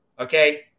Okay